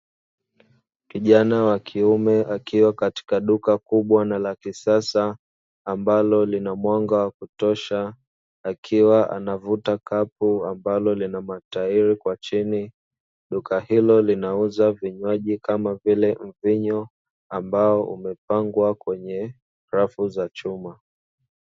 Kijana wa kiume akiwa katika duka kubwa na lakisasa ambalo lina mwanga wa kutosha akiwa anavuta kapu ambalo lina matairi kwa chini, duka hilo linauza vinywaji kama vile mvinyo ambao umepangwa kwenye rafu za chuma.